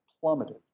plummeted